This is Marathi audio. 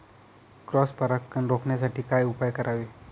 क्रॉस परागकण रोखण्यासाठी काय उपाय करावे?